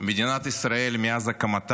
מדינת ישראל מאז הקמתה,